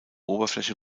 oberfläche